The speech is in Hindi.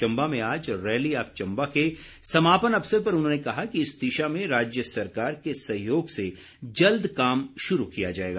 चम्बा में आज रैली ऑफ चम्बा के समापन अवसर पर उन्होंने कहा कि इस दिशा में राज्य सरकार के सहयोग से जल्द काम शुरू किया जाएगा